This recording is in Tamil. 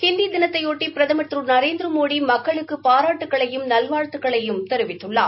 ஹிந்தி தினத்தையொட்டி பிரதமர் நரேந்திரமோடி திரு பாராட்டுக்களையம் நல்வாழ்த்துக்களையும் தெரிவித்துள்ளார்